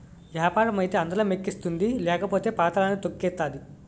యాపారం అయితే అందలం ఎక్కిస్తుంది లేకపోతే పాతళానికి తొక్కేతాది